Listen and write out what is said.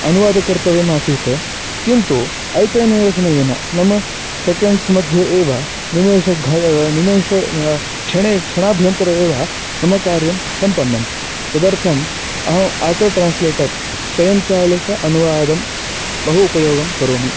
अनुवादः कर्तव्यः आसीत् किन्तु अल्पेनैव समयेन नाम सेकेण्ड्स् मध्ये एव निमेषेषु घ निमेषेषु क्षणे क्षणाभ्यन्तरे एव मम कार्यं सम्पन्नं तदर्थम् अहम् आटो ट्रान्स्लेटर् स्वयं चालित अनुवादं बहु उपयोगं करोमि